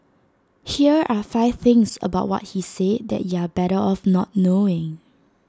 here are five things about what he said that you're better off not knowing